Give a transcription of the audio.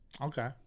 Okay